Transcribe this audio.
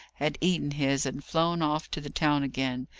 had eaten his, and flown off to the town again,